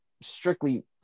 strictly